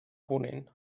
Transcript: ponent